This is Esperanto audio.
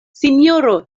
sinjoro